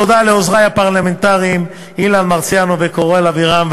תודה לעוזרי הפרלמנטריים אילן מרסיאנו וקורל אבירם.